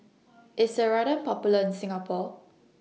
IS Ceradan Popular in Singapore